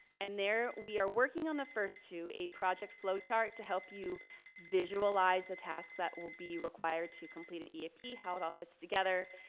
and we are working on the first two, a project flowchart to help you visualize the tasks that will be required to complete an eap, how it all fits together,